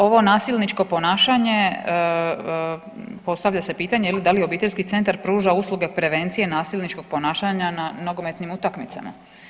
Ovo nasilničko ponašanje postavlja se pitanje da li obiteljski centar pruža usluge prevencije nasilničkog ponašanja na nogometnim utakmicama.